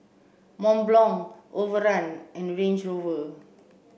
Mont Blanc Overrun and Range Rover